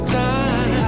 time